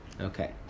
Okay